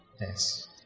Yes